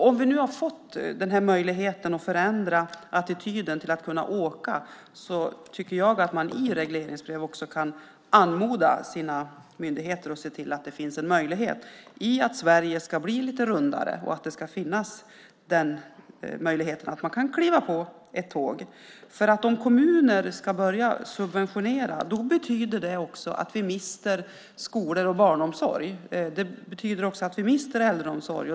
Om vi nu har fått möjligheten att förändra attityden till att åka, tycker jag att man i regleringsbrev ska kunna anmoda sina myndigheter att försöka se till att Sverige blir lite rundare och att det ska vara möjligt att kliva på ett tåg. Om kommuner ska börja subventionera betyder det också att vi mister skolor och barnomsorg. Det betyder också att vi mister äldreomsorg.